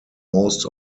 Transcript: most